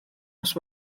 nos